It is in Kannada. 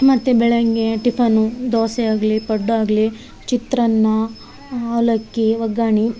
ಮತ್ತು ಬೆಳಗ್ಗೆ ಟಿಫನು ದೋಸೆ ಆಗಲಿ ಪಡ್ಡು ಆಗಲಿ ಚಿತ್ರನ್ನ ಅವಲಕ್ಕಿ ಒಗ್ಗರ್ಣಿ